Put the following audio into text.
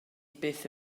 byth